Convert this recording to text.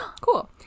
cool